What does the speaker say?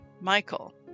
Michael